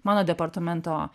mano departamento